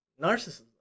narcissism